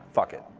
fuck it.